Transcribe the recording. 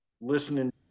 listening